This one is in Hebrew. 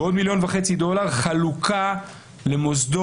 ועוד 1.5 מיליון דולר חלוקה למוסדות